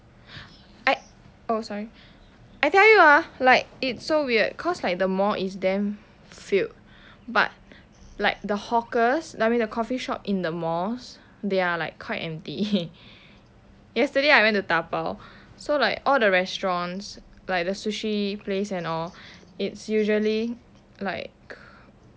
I oh sorry I tell you ah like it's so weird cause like the mall is damn filled but like the hawkers no I mean the coffee shop in the malls they are like quite empty yesterday I went to dabao so like all the restaurants like the sushi place and all it's usually like